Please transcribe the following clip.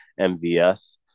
MVS